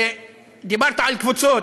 דיברת על קבוצות,